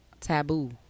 taboo